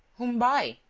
whom by?